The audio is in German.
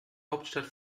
hauptstadt